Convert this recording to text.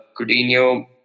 Coutinho